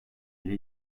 ile